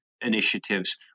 initiatives